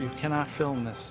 you cannot film this